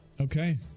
Okay